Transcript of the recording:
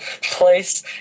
place